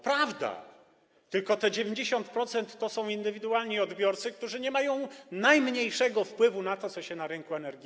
Prawda, tylko że te 90% to są indywidualni odbiorcy, którzy nie mają najmniejszego wpływu na to, co dzieje się na rynku energii.